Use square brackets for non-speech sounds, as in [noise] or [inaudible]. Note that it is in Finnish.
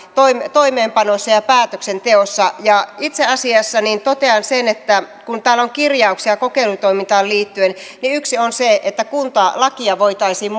toimeenpanossa ja päätöksenteossa itse asiassa totean sen että kun täällä on kirjauksia kokeilutoimintaan liittyen niin yksi on se että kuntalakia voitaisiin [unintelligible]